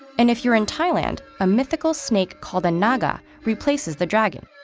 and if you're in thailand, a mythical snake called a naga replaces the dragon.